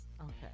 Okay